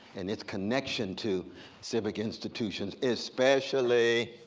and it's connection to civic institution, especially